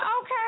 okay